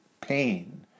pain